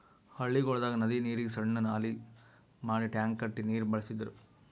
ಹಳ್ಳಿಗೊಳ್ದಾಗ್ ನದಿ ನೀರಿಗ್ ಸಣ್ಣು ನಾಲಿ ಮಾಡಿ ಟ್ಯಾಂಕ್ ಕಟ್ಟಿ ನೀರ್ ಬಳಸ್ತಿದ್ರು